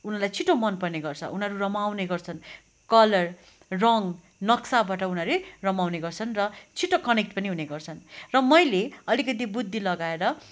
उनीहरूलाई छिटो मनपर्ने गर्छ उनीहरू रमाउने गर्छन् कलर रङ नक्साबाट उनीहरू रमाउने गर्छन् र छिटो कनेक्ट पनि हुने गर्छन् र मैले अलिकति बुद्धि लगाएर